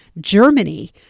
Germany